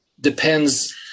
depends